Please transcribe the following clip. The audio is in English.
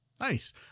Nice